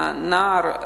לנער,